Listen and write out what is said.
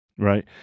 Right